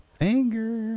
finger